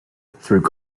through